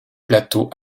plateaux